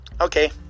okay